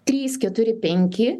trys keturi penki